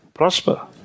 prosper